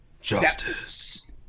Justice